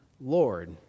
Lord